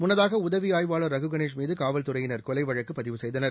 முன்னதாக உதவி ஆய்வாளர் ரகு கணேஷ்மீது காவல்துறையினர் கொலைவழக்கு பதிவு செய்தனர்